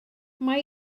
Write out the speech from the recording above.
mae